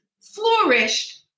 flourished